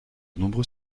nombreux